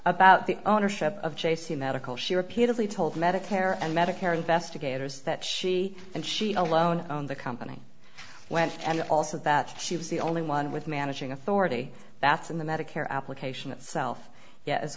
about the ownership of j c medical she repeatedly told medicare and medicare investigators that she and she alone own the company went and also that she was the only one with managing authority that's in the medicare application itself yet as